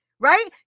right